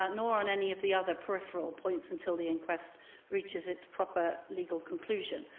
ah nor on any of the other peripheral points until the inquest reaches its proper legal conclusion.